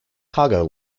cargo